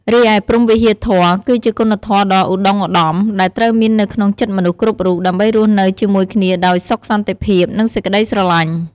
រីឯព្រហ្មវិហារធម៌ គឺជាគុណធម៌ដ៏ឧត្តុង្គឧត្តម ដែលត្រូវមាននៅក្នុងចិត្តមនុស្សគ្រប់រូប ដើម្បីរស់នៅជាមួយគ្នាដោយសុខសន្តិភាព និងសេចក្តីស្រឡាញ់។